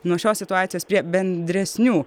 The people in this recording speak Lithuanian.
nuo šios situacijos prie bendresnių